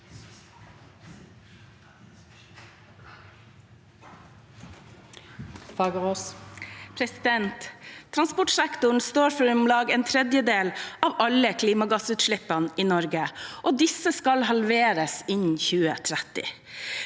Transportsektoren står for om lag en tredjedel av alle klimagassutslippene i Norge, og disse skal halveres innen 2030.